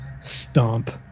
stomp